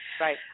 Right